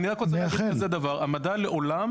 אני רק רוצה להגיד כזה דבר, המדע לעולם